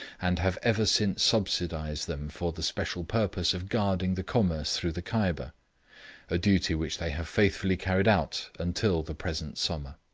and have ever since subsidised them for the special purpose of guarding the commerce through the kyber a duty which they have faithfully carried out until the present summer.